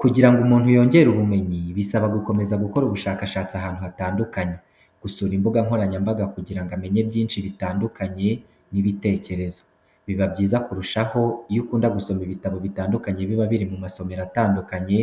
Kugira ngo umuntu yongere ubumenyi bisaba gukomeza gukora ubushakashatsi ahantu hatandukanye, gusura imbuga nkoranyambaga kugira ngo umenye byinshi bitandukanye n'ibitekerezo. Biba byiza kurushaho iyo ukunda gusoma ibitabo bitandukanye biba biri mu masomero atandukanye,